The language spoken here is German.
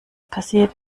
passiert